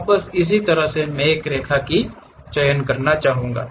अब इसी तरह मैं एक रेखा की तरह कुछ दिखाना चाहूंगा